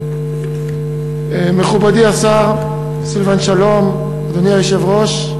מכובדי השר סילבן שלום, אדוני היושב-ראש,